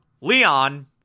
Leon